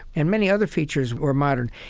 and many other features were modern.